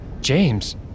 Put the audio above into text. James